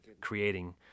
creating